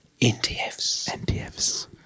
NTFs